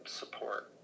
support